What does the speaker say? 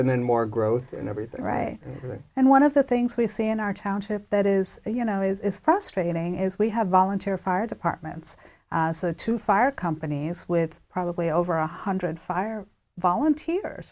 and then more growth and everything right away and one of the things we say in our township that is you know it's frustrating is we have volunteer fire departments so to fire companies with probably over one hundred fire volunteers